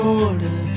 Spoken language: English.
order